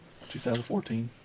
2014